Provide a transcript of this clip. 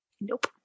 Nope